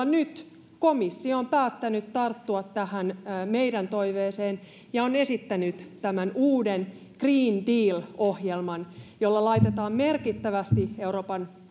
nyt komissio on päättänyt tarttua meidän toiveeseemme ja on esittänyt tämän uuden green deal ohjelman jolla laitetaan merkittävästi euroopan